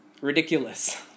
ridiculous